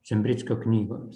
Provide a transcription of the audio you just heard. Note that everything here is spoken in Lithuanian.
zembrickio knygomis